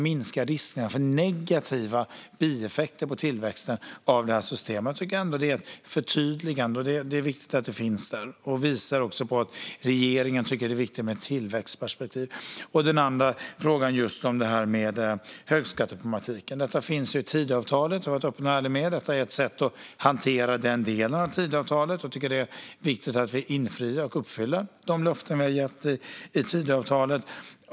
Det är ett viktigt förtydligande som visar att regeringen betonar tillväxtperspektivet. Högskatteproblematiken finns som sagt med i Tidöavtalet, och detta är ett sätt att hantera den delen av avtalet. Det är viktigt att vi infriar de löften vi gett i Tidöavtalet.